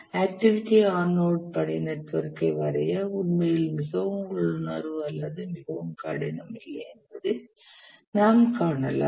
activity on நோடில் பணி நெட்வொர்க்கை வரைய உண்மையில் மிகவும் உள்ளுணர்வு அல்லது மிகவும் கடினம் இல்லை என்பதை நாம் காணலாம்